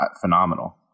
phenomenal